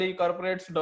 corporates